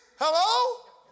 Hello